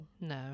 No